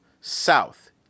south